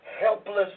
helpless